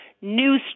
new